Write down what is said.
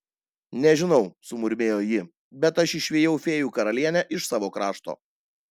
nežinau sumurmėjo ji bet aš išvijau fėjų karalienę iš savo krašto